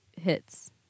hits